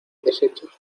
deshechos